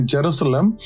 Jerusalem